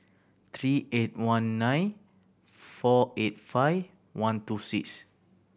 three eight one nine four eight five one two six